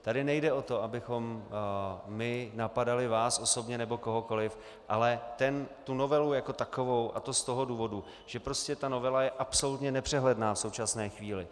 Tady nejde o to, abychom my napadali vás osobně nebo kohokoliv, ale tu novelu jako takovou, a to z toho důvodu, že prostě ta novela je absolutně nepřehledná v současné chvíli.